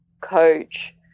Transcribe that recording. coach